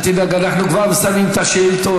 אל תדאג, אנחנו כבר מסיימים את השאילתות.